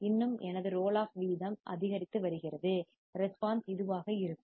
இன்னும் எனது roll off விகிதம் அதிகரித்து வருகிறது ரெஸ்பான்ஸ் இதுவாக இருக்கும்